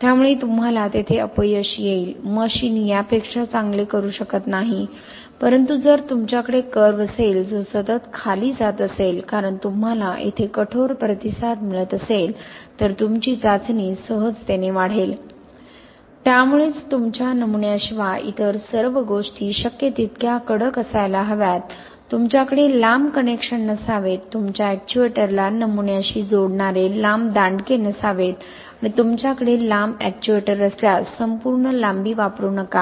त्यामुळे तुम्हाला तेथे अपयश येईल मशीन यापेक्षा चांगले करू शकत नाही परंतु जर तुमच्याकडे वक्र असेल जो सतत खाली जात असेल कारण तुम्हाला येथे कठोर प्रतिसाद मिळत असेल तर तुमची चाचणी सहजतेने वाढेल त्यामुळेच तुमच्या नमुन्याशिवाय इतर सर्व गोष्टी शक्य तितक्या कडक असायला हव्यात तुमच्याकडे लांब कनेक्शन नसावेत तुमच्या अॅक्ट्युएटरला नमुन्याशी जोडणारे लांब दांडके नसावेत आणि तुमच्याकडे लांब एक्च्युएटर असल्यास संपूर्ण लांबी वापरू नका